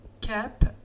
cap